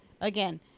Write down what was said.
again